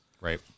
Right